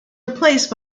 replaced